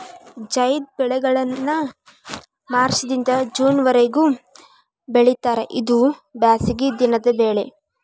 ಝೈದ್ ಬೆಳೆಗಳನ್ನಾ ಮಾರ್ಚ್ ದಿಂದ ಜೂನ್ ವರಿಗೂ ಬೆಳಿತಾರ ಇದು ಬ್ಯಾಸಗಿ ದಿನದ ಬೆಳೆ